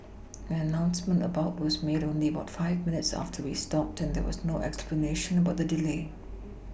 an announcement about was made only about five minutes after we stopped and there was no explanation about the delay